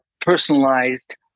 personalized